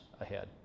ahead